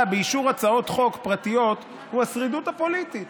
באישור הצעות חוק פרטיות הוא השרידות הפוליטית,